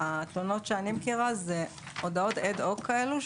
התלונות שאני מכירה זה הודעות אד הוק כאלו,